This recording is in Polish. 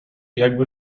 jakby